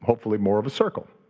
hopefully, more of a circle,